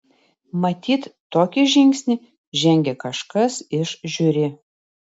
matyt tokį žingsnį žengė kažkas iš žiuri